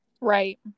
right